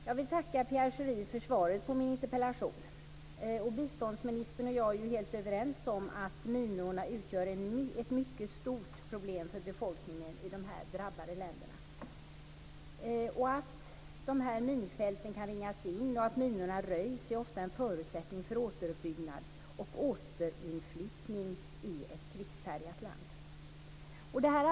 Fru talman! Jag vill tacka Pierre Schori för svaret på min interpellation. Biståndsministern och jag är helt överens om att minorna utgör ett mycket stort problem för befolkningen i de drabbade länderna. Att minorna kan ringas in och att minorna röjs är ofta en förutsättning för återuppbyggnad och återinflyttning i ett krigshärjat land.